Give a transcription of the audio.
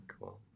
Cool